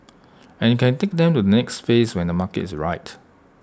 and you can take them to the next phase when the market is right